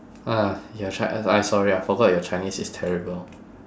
uh your chi~ I sorry I forgot your chinese is terrible